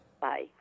Bye